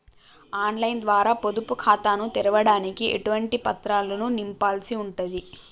On line ద్వారా పొదుపు ఖాతాను తెరవడానికి ఎటువంటి పత్రాలను నింపాల్సి ఉంటది?